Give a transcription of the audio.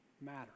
matter